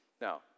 Now